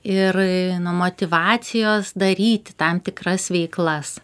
ir nuo motyvacijos daryti tam tikras veiklas